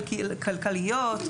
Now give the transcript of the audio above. כלכליות,